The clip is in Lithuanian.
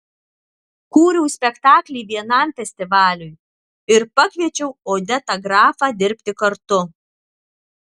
kūriau spektaklį vienam festivaliui ir pakviečiau odedą grafą dirbti kartu